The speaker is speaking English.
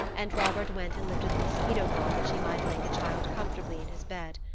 and robert went and lifted the mosquito bar that she might lay the child comfortably in his bed.